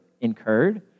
incurred